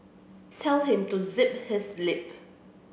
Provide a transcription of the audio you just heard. tell him to zip his lip